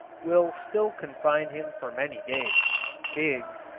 will still confine him for many days biggs,